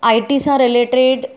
आई T सां related